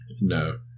no